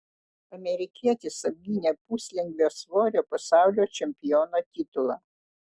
amerikietis apgynė puslengvio svorio pasaulio čempiono titulą